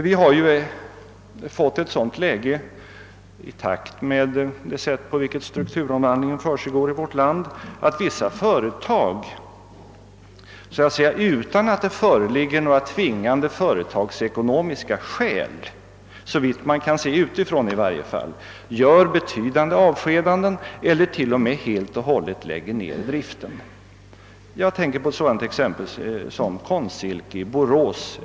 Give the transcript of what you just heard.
Vi har ju fått ett sådant läge, i takt med det sätt på vilket strukturomvandlingen försiggår i vårt land, att vissa företag så att säga utan några tvingande företagsekonomiska skäl, i varje fall såvitt man kan se utifrån, avskedar personal i betydande omfattning eller t.o.m. helt och hållet lägger ner driften. Jag tänker bl.a. på Konstsilke i Borås.